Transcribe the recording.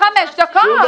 חמש דקות.